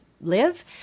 live